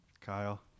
Kyle